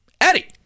Eddie